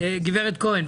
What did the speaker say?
גב' כהן,